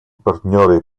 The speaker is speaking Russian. партнеры